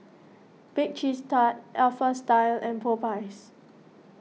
Bake Cheese Tart Alpha Style and Popeyes